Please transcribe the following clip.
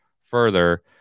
further